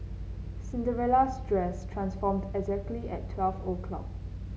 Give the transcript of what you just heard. Cinderella's dress transformed exactly at twelve o'clock